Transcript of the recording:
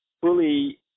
fully